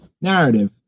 narrative